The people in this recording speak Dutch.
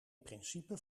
principe